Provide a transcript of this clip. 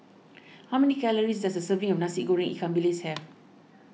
how many calories does a serving of Nasi Goreng Ikan Bilis have